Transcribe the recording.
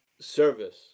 service